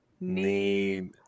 need